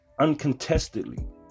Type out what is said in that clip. Uncontestedly